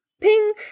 ping